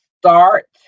start